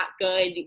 good